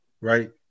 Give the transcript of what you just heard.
right